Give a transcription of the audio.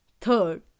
third